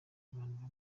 abantu